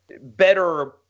better